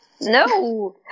No